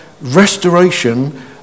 restoration